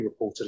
reportedly